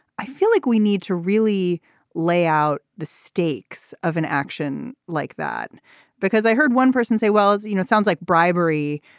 i feel like we need to really lay out the stakes of an action like that because i heard one person say well it's you know sounds like bribery.